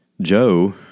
Joe